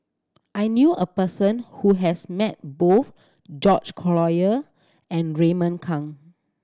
I knew a person who has met both George Collyer and Raymond Kang